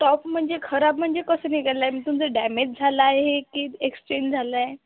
top म्हणजे खराब म्हणजे कसं निघालं आहे मग तुमचं डॅमेज झालं आहे की एक्सचेंज झालं आहे